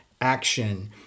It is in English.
action